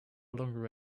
longer